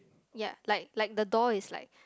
ya like like the door is like